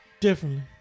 Differently